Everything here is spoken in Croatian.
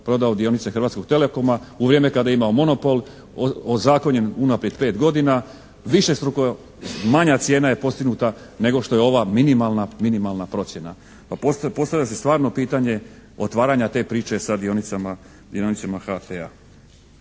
prodao dionice Hrvatskog telekoma u vrijeme kada je imao monopol ozakonjen unaprijed pet godina. Višestruko manja cijena je postignuta nego što je ova minimalna procjena. Postavlja se stvarno pitanje otvaranja te priče sa dionicama HT-a.